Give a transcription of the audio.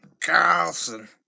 Carlson